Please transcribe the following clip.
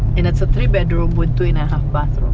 and it's a three bedroom with three and a half bathroom.